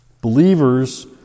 Believers